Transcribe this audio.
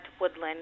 Woodland